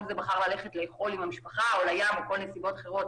זה בחר ללכת לאכול עם המשפחה או לים או כל מקום אחר,